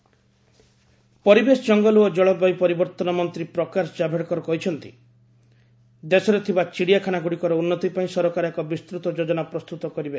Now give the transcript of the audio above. ଜ୍ଜୁ ପରିବେଶ ଜଙ୍ଗଲ ଓ ଜଳବାୟୁ ପରିବର୍ତ୍ତନ ମନ୍ତ୍ରୀ ପ୍ରକାଶ ଜାଭେଡକର କହିଛନ୍ତି ଦେଶରେ ଥିବା ଚିଡିଆଖାନା ଗୁଡ଼ିକର ଉନ୍ନତି ପାଇଁ ସରକାର ଏକ ବିସ୍କୃତ ଯୋଜନା ପ୍ରସ୍ତୁତ କରିବେ